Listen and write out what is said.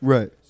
Right